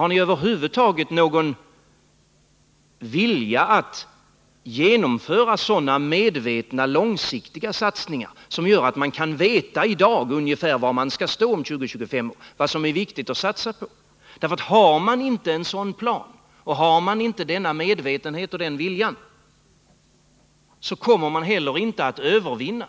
Har ni över huvud taget någon vilja att genomföra sådana medvetna, långsiktiga satsningar som gör att man i dag kan veta var man ungefär står om 20-25 år och vad som är viktigt att satsa på? Har man inte en sådan plan eller den medvetenheten och viljan, så kommer man heller inte att övervinna